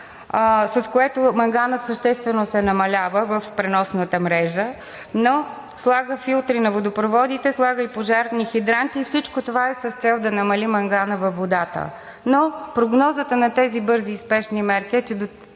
с което манганът съществено се намалява в преносната мрежа, но слага филтри на водопроводите, слага и пожарни хидранти. Всичко това е с цел да намали мангана във водата. Но прогнозата на тези бързи и спешни мерки е,